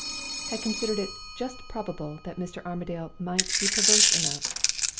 had considered it just probable that mr. armadale might be perverse enough,